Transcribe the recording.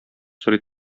сорый